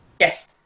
yes